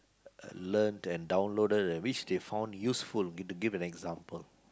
learnt and downloaded which they found useful need to give an example